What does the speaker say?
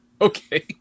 Okay